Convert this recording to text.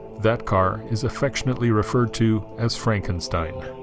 that car is affectionately referred to as frankenstein